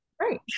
right